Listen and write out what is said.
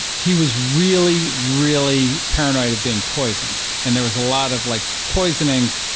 he was really, really paranoid of being poisoned. and there was a lot of like poisonings.